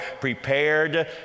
prepared